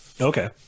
Okay